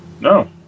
No